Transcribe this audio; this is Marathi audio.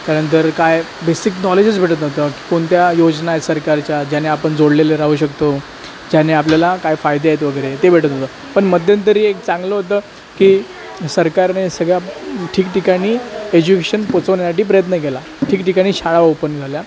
त्यानंतर काय बेसिक नॉलेजच भेटत नव्हतं की कोणत्या योजना आहेत सरकारच्या ज्याने आपण जोडलेले राहू शकतो ज्याने आपल्याला काय फायदे आहेत वगैरे ते भेटत होतं पण मध्यंतरी एक चांगलं होतं की सरकारने सगळ्या ठिकठिकाणी एज्युकेशन पोचवण्यासाठी प्रयत्न केला ठिकठिकाणी शाळा ओपन झाल्या